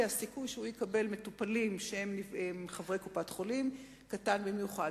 הסיכוי שהוא יקבל מטופלים שהם חברי קופת-חולים קטן במיוחד.